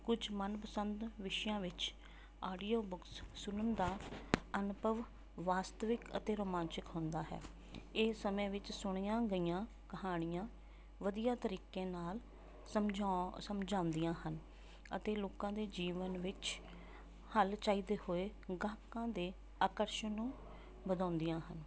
ਕੁਛ ਮਨਪਸੰਦ ਵਿਸ਼ਿਆਂ ਵਿੱਚ ਆਡੀਓ ਬੁੱਕਸ ਸੁਣਨ ਦਾ ਅਨੁਭਵ ਵਾਸਤਵਿਕ ਅਤੇ ਰੋਮਾਂਚਿਕ ਹੁੰਦਾ ਹੈ ਇਹ ਸਮੇਂ ਵਿੱਚ ਸੁਣੀਆ ਗਈਆਂ ਕਹਾਣੀਆਂ ਵਧੀਆ ਤਰੀਕੇ ਨਾਲ ਸਮਝੋ ਸਮਝਾਉਂਦੀਆਂ ਹਨ ਅਤੇ ਲੋਕਾਂ ਦੇ ਜੀਵਨ ਵਿੱਚ ਹੱਲ ਚਾਹੀਦੇ ਹੋਏ ਗਾਹਕਾਂ ਦੇ ਆਕਰਸ਼ਣ ਨੂੰ ਵਧਾਉਂਦੀਆਂ ਹਨ